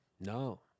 No